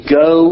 go